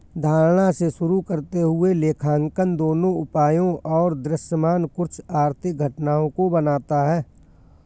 धारणा से शुरू करते हुए लेखांकन दोनों उपायों और दृश्यमान कुछ आर्थिक घटनाओं को बनाता है